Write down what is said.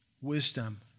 Wisdom